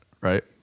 right